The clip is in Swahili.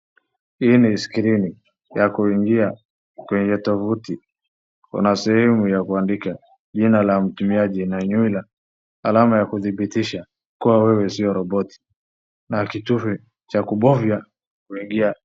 Hii ni skrini ya kuingia kwenye tovuti. Kuna sehemu ya kuandika jina la mtumiaji na nyula, alama ya kudhibitsha kuwa wewe sio roboti, na kitufe cha kubofya, kuingia.